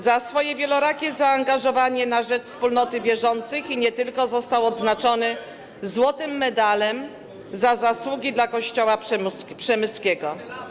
Za swoje wielorakie zaangażowanie na rzecz wspólnoty wierzących i nie tylko został odznaczony złotym medalem „Za zasługi na Kościoła przemyskiego”